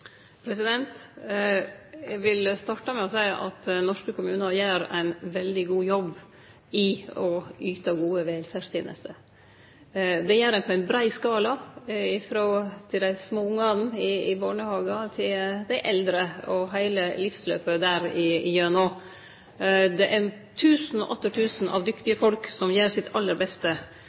vil starte med å seie at norske kommunar gjer ein veldig god jobb med å yte gode velferdstenester. Dei gjer det på ein brei skala, frå dei små ungane i barnehagar til dei eldre – heile livsløpet igjennom. Det er tusenar og atter tusenar av dyktige folk som gjer sitt aller beste.